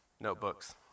Notebooks